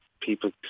people